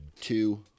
two